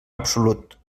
absolut